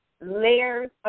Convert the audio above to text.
layers